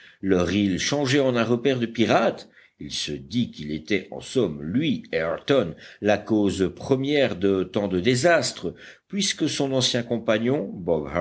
leur île changée en un repaire de pirates il se dit qu'il était en somme lui ayrton la cause première de tant de désastres puisque son ancien compagnon